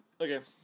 Okay